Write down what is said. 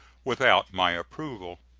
without my approval.